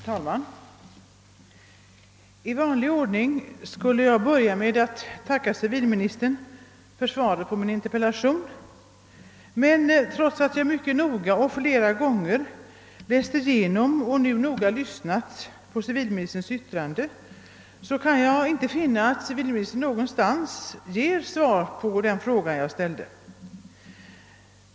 Herr talman! I vanlig ordning skulle jag egentligen börja med att tacka civilministern för svaret på min interpellation men trots att jag noga och flera gånger läst igenom och nu noga lyssnat till civilministerns anförande, kan jag inte finna att civilministern någonstans ger svar på den fråga jag ställde.